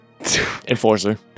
Enforcer